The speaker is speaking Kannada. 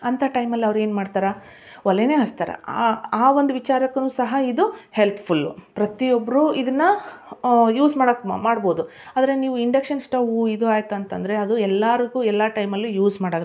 ಅಂಥ ಟೈಮಲ್ಲಿ ಅವ್ರು ಏನು ಮಾಡ್ತಾರೆ ಒಲೇನೇ ಹಚ್ತಾರೆ ಆ ಆ ಒಂದು ವಿಚಾರಕ್ಕೂನೂ ಸಹ ಇದು ಹೆಲ್ಪ್ಫುಲ್ಲು ಪ್ರತಿ ಒಬ್ಬರೂ ಇದನ್ನ ಯೂಸ್ ಮಾಡೋಕ್ ಮಾಡ್ಬೋದು ಆದರೆ ನೀವು ಇಂಡಕ್ಷನ್ ಸ್ಟವು ಇದು ಆಯ್ತು ಅಂತಂದರೆ ಅದು ಎಲ್ಲಾರಿಗೂ ಎಲ್ಲ ಟೈಮಲ್ಲೂ ಯೂಸ್ ಮಾಡೋದಕ್ಕೆ